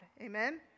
Amen